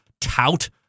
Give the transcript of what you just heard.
tout